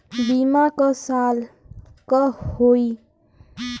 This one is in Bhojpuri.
बीमा क साल क होई?